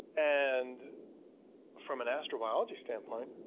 and from an astrobiology standpoint,